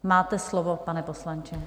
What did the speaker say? Máte slovo, pane poslanče.